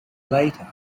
later